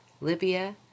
Libya